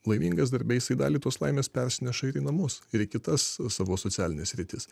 laimingas darbe jisai dalį tos laimės persineša į namus ir į kitas savo socialines sritis